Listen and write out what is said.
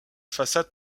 façade